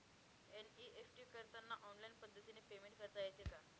NEFT करताना online पद्धतीने payment करता येते का?